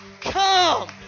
come